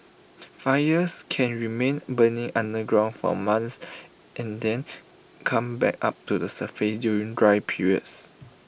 fires can remain burning underground for months and then come back up to the surface during dry periods